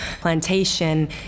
plantation